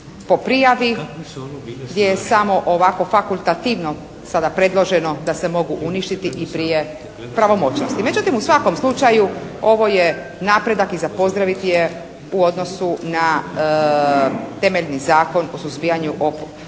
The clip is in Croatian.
po prijavi gdje je samo ovako fakultativno sada predloženo da se mogu uništiti i prije pravomoćnosti. Međutim u svakom slučaju ovo je napredak i za pozdraviti je u odnosu na temeljni Zakon o suzbijanju opojnih,